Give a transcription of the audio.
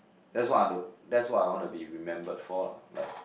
that's what I want to that's what I want to be remembered for lah like